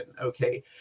okay